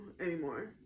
anymore